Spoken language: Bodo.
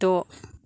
द'